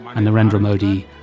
and narendra modi,